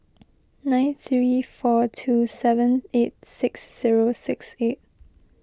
nine three four two seven eight six zero six eight